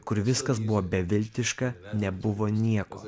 kur viskas buvo beviltiška nebuvo nieko